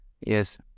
Yes